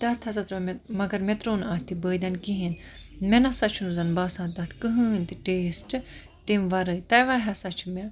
تَتھ ہَسا ترٛوو مےٚ مَگَر مےٚ ترٛوو نہٕ اتھ یہِ بٲدیانہٕ کِہیٖنٛۍ مےٚ نَسا چھُنہٕ زَن باسان تتھ کٕہٕنٛۍ تہِ ٹیسٹ تمہِ وَرٲے تَوَے ہَسا چھ مےٚ